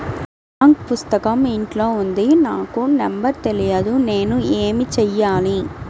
Bank పుస్తకం ఇంట్లో ఉంది నాకు నంబర్ తెలియదు నేను ఏమి చెయ్యాలి?